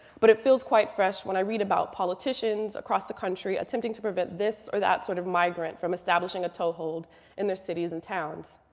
but it feels quite fresh when i read about politicians across the country attempting to prevent this or that sort of migrant from establishing a toehold in their cities and towns.